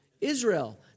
Israel